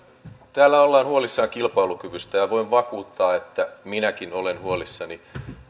täällä ollaan huolissaan kilpailukyvystä ja voin vakuuttaa että minäkin olen huolissani